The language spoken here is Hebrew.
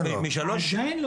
אמין,